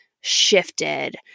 shifted